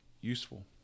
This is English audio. useful